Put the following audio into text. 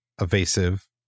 evasive